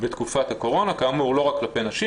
בתקופת הקורונה, כאמור, לא רק כלפי נשים.